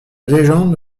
légende